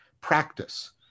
practice